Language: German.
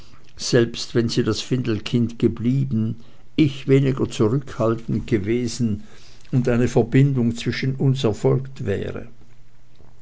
selbst wenn sie das findelkind geblieben ich weniger zurückhaltend gewesen und eine verbindung zwischen uns erfolgt wäre